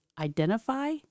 identify